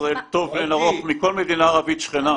ישראל טוב לאין ערוך מכל מדינה ערבית שכנה,